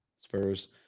Spurs